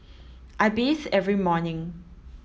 I bathe every morning